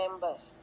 members